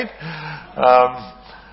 right